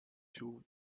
two